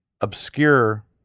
obscure